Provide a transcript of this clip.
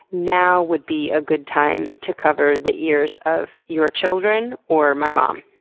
now would be a good time to cover the ears of your children or my mom,